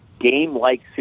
game-like